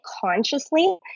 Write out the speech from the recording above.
consciously